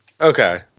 Okay